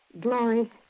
Glory